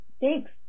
Thanks